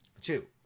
Two